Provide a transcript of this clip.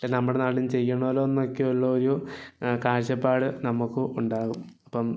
നമ്മുടെ നാട്ടിലും ചെയ്യണമല്ലൊ എന്നൊക്കെ ഉള്ളൊരു കാഴ്ചപ്പാട് നമുക്കും ഉണ്ടാകും അപ്പം